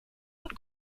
und